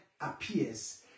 appears